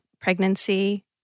pregnancy